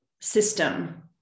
system